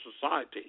society